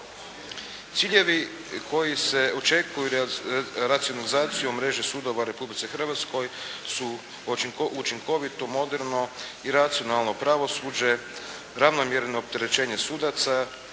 Ciljevi koji se očekuju racionalizacijom mreže sudova u Republici Hrvatskoj su učinkovito moderno i racionalno pravosuđe, ravnomjerno opterećenje sudaca